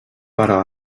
però